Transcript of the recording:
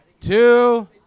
two